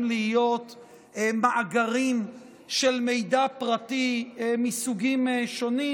להיות מאגרים של מידע פרטי מסוגים שונים,